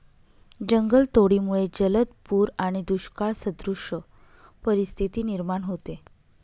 जंगलतोडीमुळे जलद पूर आणि दुष्काळसदृश परिस्थिती निर्माण होते